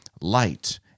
light